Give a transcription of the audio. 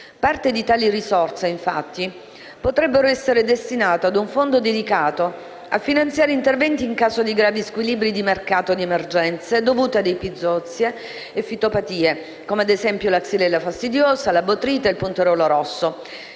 Parte di tali risorse, infatti, potrebbe essere destinata a un fondo dedicato a finanziare interventi in caso di gravi squilibri di mercato a seguito di emergenze dovute a epizoozie, fitopatie (come la xylella fastidiosa, la botrite e il punteruolo rosso)